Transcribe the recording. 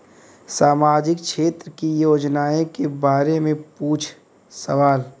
सामाजिक क्षेत्र की योजनाए के बारे में पूछ सवाल?